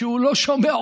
שהוא לא שומע,